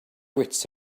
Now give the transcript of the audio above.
wits